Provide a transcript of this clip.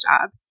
job